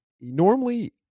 normally